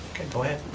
okay, go ahead.